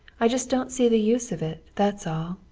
i just don't see the use of it, that's all.